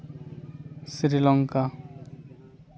Sri Lanka